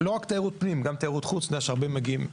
לא רק תיירות פנים, גם תיירות חוץ שהרבה מגיעים.